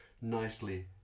nicely